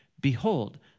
Behold